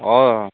हँ